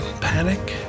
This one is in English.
Panic